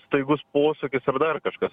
staigus posūkis ar dar kažkas